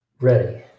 ready